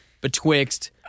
betwixt